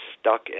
stuck